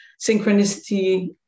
synchronicity